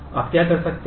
आप क्या कर सकते है